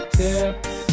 tips